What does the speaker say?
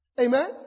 Amen